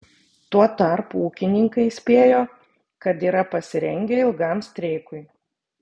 tuo tarpu ūkininkai įspėjo kad yra pasirengę ilgam streikui